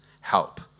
help